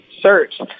searched